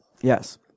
Yes